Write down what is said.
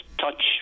touch